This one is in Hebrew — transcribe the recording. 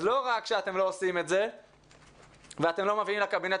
לא רק שאתם לא עושים את זה ואתם לא מביאים את זה מחדש לקבינט